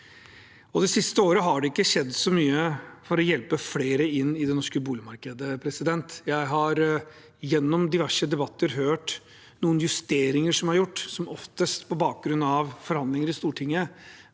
Det siste året har det ikke skjedd så mye for å hjelpe flere inn i det norske boligmarkedet. Jeg har gjennom diverse debatter hørt noen justeringer som er gjort, som oftest på bakgrunn av forhandlinger i Stortinget,